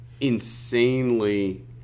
insanely